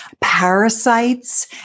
parasites